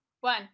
one